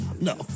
No